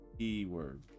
e-word